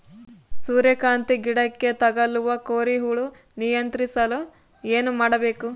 ಸೂರ್ಯಕಾಂತಿ ಗಿಡಕ್ಕೆ ತಗುಲುವ ಕೋರಿ ಹುಳು ನಿಯಂತ್ರಿಸಲು ಏನು ಮಾಡಬೇಕು?